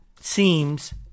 seems